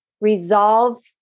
resolve